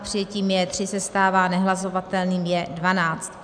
Přijetím J3 se stává nehlasovatelným J12.